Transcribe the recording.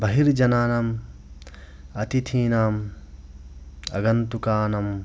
बहिर्जनानाम् अतिथीनाम् आगन्तुकानां